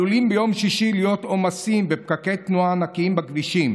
עלולים ביום שישי להיות עומסים ופקקי תנועה ענקיים בכבישים.